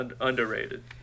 underrated